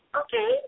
Okay